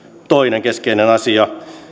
toinen keskeinen asia